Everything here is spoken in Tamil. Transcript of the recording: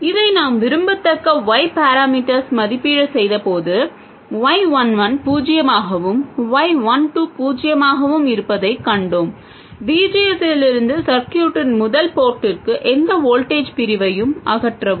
இதை நாம் விரும்பத்தக்க y பாராமீட்டர்ஸை மதிப்பீடு செய்தபோது y 1 1 பூஜ்ஜியமாகவும் y 1 2 பூஜ்ஜியமாகவும் இருப்பதைக் கண்டோம் V S இலிருந்து சர்க்யூட்டின் முதல் போர்ட்டிற்கு எந்த வோல்டேஜ் பிரிவையும் அகற்றவும்